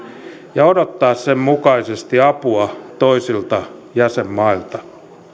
ja odottaa sen mukaisesti apua toisilta jäsenmailta